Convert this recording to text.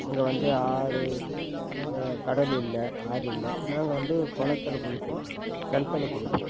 இங்கே வந்து ஆறு கடல் இல்லை ஆறு இல்லை நாங்கள் வந்து குளத்துல குளிப்போம் கிணத்துல குளிப்போம்